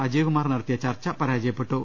അജയകുമാർ നടത്തിയ ചർച്ച പരാജയപ്പെട്ടു